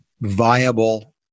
viable